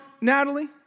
Natalie